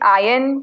iron